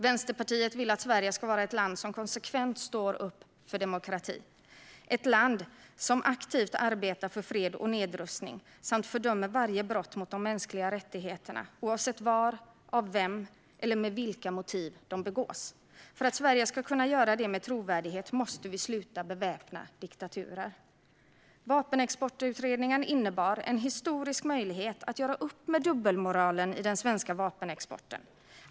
Vänsterpartiet vill att Sverige ska vara ett land som konsekvent står upp för demokrati och ett land som aktivt arbetar för fred och nedrustning samt fördömer varje brott mot de mänskliga rättigheterna, oavsett var, av vem eller med vilka motiv de begås. För att Sverige ska kunna göra detta med trovärdighet måste vi sluta att beväpna diktaturer. Vapenexportutredningen innebar en historisk möjlighet att göra upp med dubbelmoralen i den svenska vapenexporten.